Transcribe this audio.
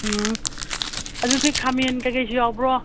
ꯎꯝ ꯑꯗꯨꯗꯤ ꯈꯥꯃꯦꯟ ꯀꯩ ꯀꯩꯁꯨ ꯌꯥꯎꯕ꯭ꯔꯣ